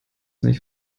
nicht